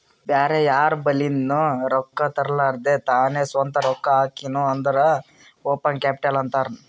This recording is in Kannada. ಬ್ಯಾರೆ ಯಾರ್ ಬಲಿಂದ್ನು ರೊಕ್ಕಾ ತರ್ಲಾರ್ದೆ ತಾನೇ ಸ್ವಂತ ರೊಕ್ಕಾ ಹಾಕಿನು ಅಂದುರ್ ಓನ್ ಕ್ಯಾಪಿಟಲ್ ಅಂತಾರ್